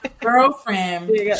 Girlfriend